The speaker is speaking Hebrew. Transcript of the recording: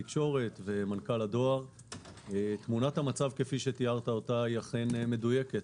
תמונת המצב כפי שתיארת היא אכן מדויקת.